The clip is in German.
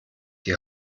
die